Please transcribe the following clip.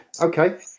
Okay